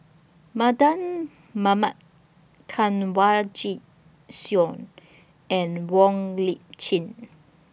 Mardan Mamat Kanwaljit Soin and Wong Lip Chin